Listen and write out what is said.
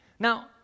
Now